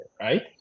right